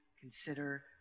consider